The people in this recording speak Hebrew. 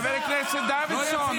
חבר הכנסת דוידסון,